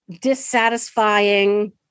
dissatisfying